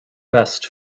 best